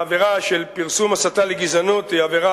העבירה של פרסום הסתה לגזענות היא עבירה